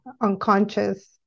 unconscious